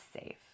safe